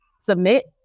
submit